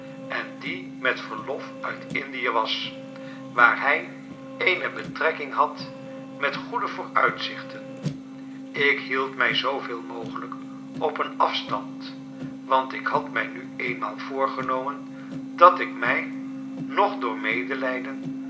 en die met verlof uit indie was waar hij eene betrekking had met goede vooruitzichten ik hield mij zooveel mogelijk op een afstand want ik had mij nu eenmaal voorgenomen dat ik mij noch door medelijden